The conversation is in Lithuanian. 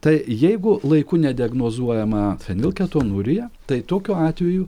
tai jeigu laiku nediagnozuojama fenilketonurija tai tokiu atveju